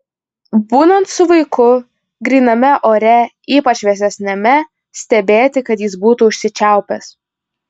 būnant su vaiku gryname ore ypač vėsesniame stebėti kad jis būtų užsičiaupęs